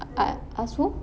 a'ah ask who